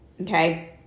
okay